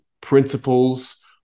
principles